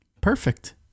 Perfect